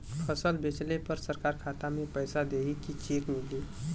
फसल बेंचले पर सरकार खाता में पैसा देही की चेक मिली?